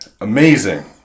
amazing